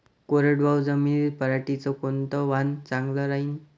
कोरडवाहू जमीनीत पऱ्हाटीचं कोनतं वान चांगलं रायीन?